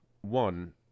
one